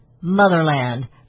motherland